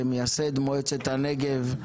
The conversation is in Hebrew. כמייסד מועצת הנגב,